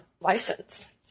license